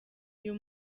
uyu